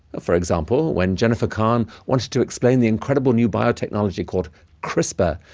for example, when jennifer kahn wanted to explain the incredible new biotechnology called crispr,